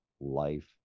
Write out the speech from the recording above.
life